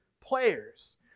players